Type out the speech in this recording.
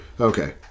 Okay